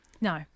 No